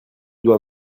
doit